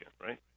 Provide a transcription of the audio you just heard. right